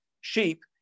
sheep